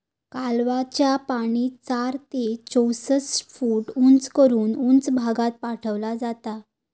कालव्याचा पाणी चार ते चौसष्ट फूट उंच करून उंच भागात पाठवला जाता